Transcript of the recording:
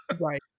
Right